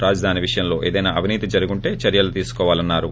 రాజధాని విషయంలో ఏదైనా అవినీతి జరిగుంటే చర్చలు తీసుకోవాలన్నారు